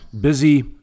busy